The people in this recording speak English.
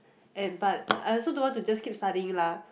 and but I also don't want to just keep studying lah